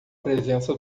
presença